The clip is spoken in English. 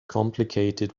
complicated